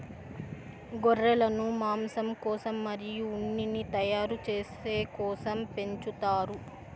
గొర్రెలను మాంసం కోసం మరియు ఉన్నిని తయారు చేసే కోసం పెంచుతారు